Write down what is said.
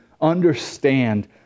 understand